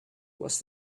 was